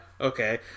Okay